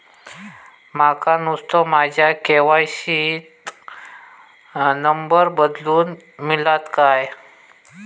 माका नुस्तो माझ्या के.वाय.सी त नंबर बदलून मिलात काय?